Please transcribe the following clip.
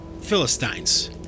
Philistines